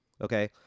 okay